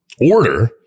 order